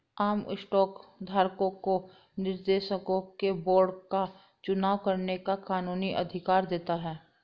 आम स्टॉक धारकों को निर्देशकों के बोर्ड का चुनाव करने का कानूनी अधिकार देता है